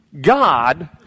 God